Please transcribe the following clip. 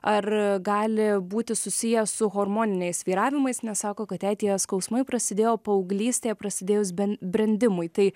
ar gali būti susiję su hormoniniais svyravimais nes sako kad jai tie skausmai prasidėjo paauglystėje prasidėjus ben brendimui tai